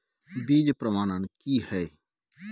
बीज प्रमाणन की हैय?